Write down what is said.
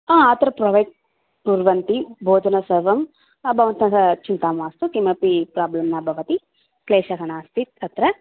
अत्र प्रोवैड् कुर्वन्ति भोजनं सर्वं भवन्तः चिन्ता मास्तु किमपि प्राब्लं न भवति क्लेशः नास्ति तत्र